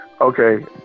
okay